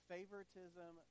Favoritism